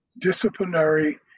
disciplinary